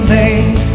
name